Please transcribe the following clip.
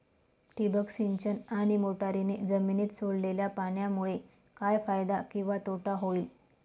ठिबक सिंचन आणि मोटरीने जमिनीत सोडलेल्या पाण्यामुळे काय फायदा किंवा तोटा होईल?